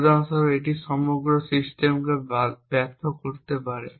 উদাহরণস্বরূপ এটি সমগ্র সিস্টেমকে ব্যর্থ করতে পারে